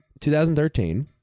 2013